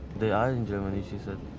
they are in germany she said.